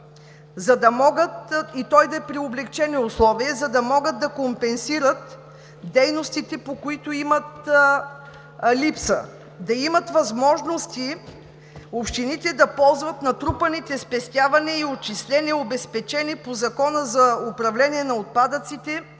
за да могат да компенсират дейностите, по които имат липса. Общините да имат възможности да ползват натрупаните спестявания и отчисления, обезпечени по Закона за управление на отпадъците,